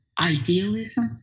idealism